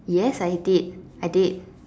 yes I did I did